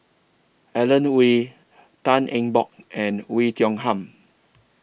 Alan Oei Tan Eng Bock and Oei Tiong Ham